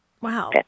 Wow